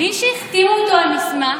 בלי שהחתימו אותו על מסמך,